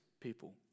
people